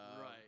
Right